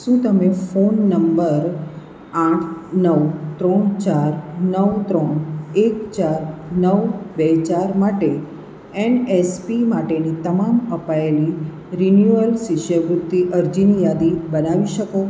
શું તમે phone number આઠ નવ ત્રણ ચાર નવ ત્રણ એક ચાર નવ બે ચાર માટે એન એસ પી માટેની તમામ અપાયેલી રિન્યુઅલ શિષ્યવૃત્તિ અરજીની યાદી બનાવી શકો